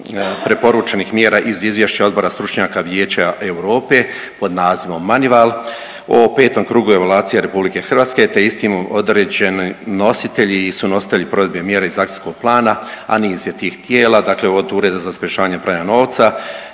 preporučenih mjera iz izvješća Odbora stručnjaka Vijeća Europe po nazivom MONEYVAL o petom krugu evaluacije RH te istim određeni nositelji i sunositelji provedbe mjere iz akcijskog plana, a niz je tih tijela, dakle od Ureda za sprječavanje pranja novca,